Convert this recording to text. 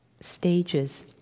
stages